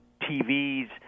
TVs